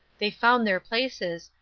they found their places,